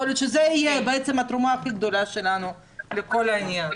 יכול להיות שזו תהיה בעצם התרומה הכי גדולה שלנו לכל העניין.